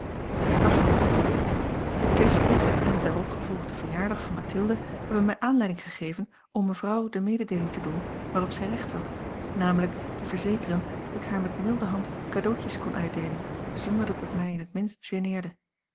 maar genoeg daarvan het kerstfeest en de daarop gevolgde verjaardag van mathilde hebben mij aanleiding gegeven om mevrouw de mededeeling te doen waarop zij recht had namelijk te verzekeren dat ik haar met milde hand cadeautjes kon uitdeelen zonder dat het mij in het minst